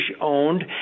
owned